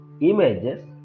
images